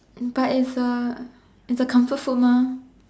but it's a it's a comfort food mah